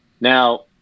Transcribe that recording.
Now